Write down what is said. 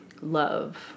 Love